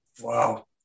Wow